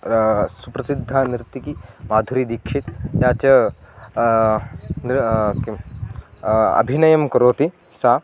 सुप्रसिद्धा नृत्तिकी माधुरी दीक्षित् तथा च किं अभिनयं करोति सा